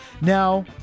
Now